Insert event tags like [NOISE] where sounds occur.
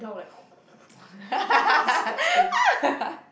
[BREATH] [LAUGHS]